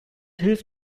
hilf